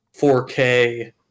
4K